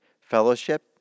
fellowship